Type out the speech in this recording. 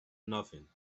nothing